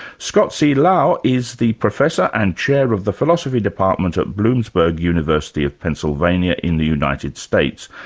scott c. lowe is the professor and chair of the philosophy department at bloomsburg university of pennsylvania in the united states.